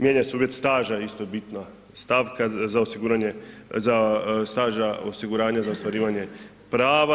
Mijenja se uvjet staža isto je bitna stavka za osiguranje, staža osiguranja za ostvarivanje prava.